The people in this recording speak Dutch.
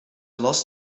las